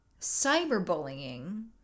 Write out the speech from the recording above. cyberbullying